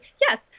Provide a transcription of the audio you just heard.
yes